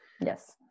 Yes